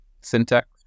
syntax